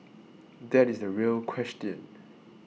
that is the real question